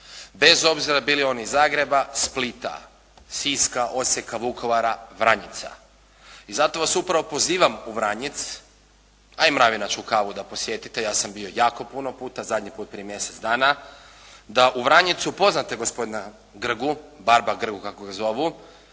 bez obzira bili oni iz Zagreba, Splita, Siska, Osijeka, Vukovara, Vranjica. I zato vas upravo pozivam u Vranjic a i Mravinačku kavu da posjetite, ja sam bio jako puno puta, zadnji put prije mjesec dana. Da u Vranjicu upoznate gospodina Grgu, barba Grgu kako ga zovu,